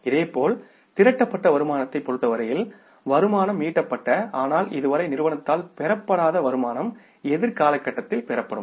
இதேபோல் திரட்டப்பட்ட வருமானத்தைப் பொறுத்தவரையில் வருமானம் ஈட்டப்பட்டது ஆனால் இதுவரை நிறுவனத்தால் பெறப்படாத வருமானம் எதிர்கால காலகட்டத்தில் பெறப்படும்